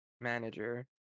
manager